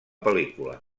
pel·lícula